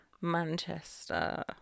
Manchester